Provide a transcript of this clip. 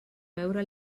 veure